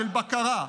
של בקרה,